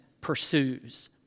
pursues